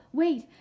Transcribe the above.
wait